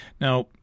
Now